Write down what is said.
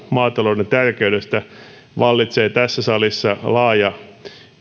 maatalouden tärkeydestä vallitsee tässä salissa laaja